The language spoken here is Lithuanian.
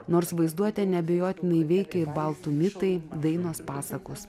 nors vaizduotę neabejotinai veikia ir baltų mitai dainos pasakos